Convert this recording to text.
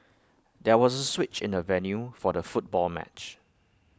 there was A switch in the venue for the football match